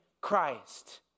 Christ